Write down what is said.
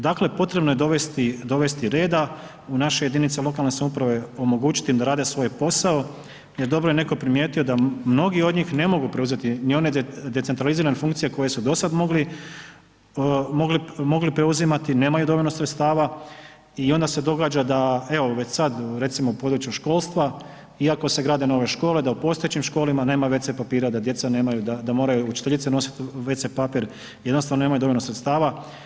Dakle potrebno je dovesti reda u naše jedinice lokalne samouprave, omogućiti im da rade svoj posao jer dobro je netko primijetio da mnogi od njih ne mogu preuzeti ni one decentralizirane funkcije koje su do sad mogli preuzimati, nemaju dovoljno sredstava i onda se događa da evo već sad recimo u području školstva iako se grade nove škole da u postojećim školama nema wc papira da djeca nemaju, da moraju učiteljice nositi wc papir, jednostavno nemaju dovoljno sredstava.